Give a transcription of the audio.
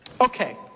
Okay